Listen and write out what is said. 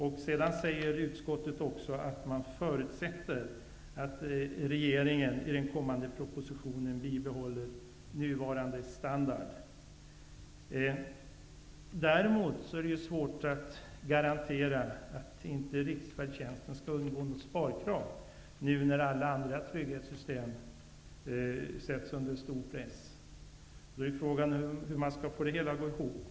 Utskottet säger också att man förutsätter att regeringen i den kommande propositionen bibehåller nuvarande standard. Däremot är det svårt att garantera att riksfärdtjänsten inte skall undergå några sparkrav nu när alla andra trygghetssystem sätts under stor press. Då är frågan hur man skall få det hela att gå ihop.